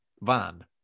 van